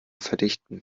verdichten